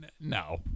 No